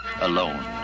Alone